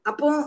Apo